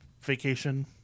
Vacation